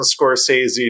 Scorsese